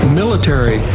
military